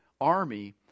army